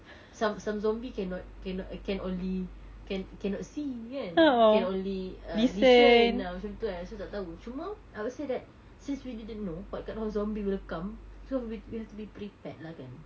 some some zombie cannot can can only can cannot see kan can only err listen ah macam tu kan so tak tahu cuma I would say that since we didn't know what kind of zombie will come so we we have to be prepared lah kan